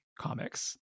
comics